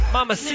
Mama